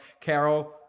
Carol